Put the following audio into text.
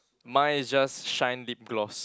mine is just shine lip gloss